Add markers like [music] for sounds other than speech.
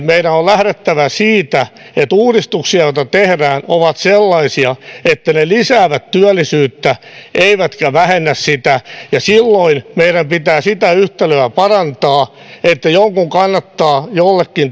[unintelligible] meidän on lähdettävä siitä että uudistukset joita tehdään ovat sellaisia että ne lisäävät työllisyyttä eivätkä vähennä sitä ja silloin meidän pitää sitä yhtälöä parantaa että jonkun kannattaa jollekin